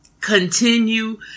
continue